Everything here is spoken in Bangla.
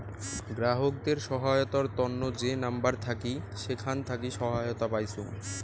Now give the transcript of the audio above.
গ্রাহকদের সহায়তার তন্ন যে নাম্বার থাকি সেখান থাকি সহায়তা পাইচুঙ